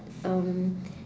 um